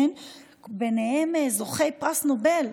ובהם זוכי פרס נובל,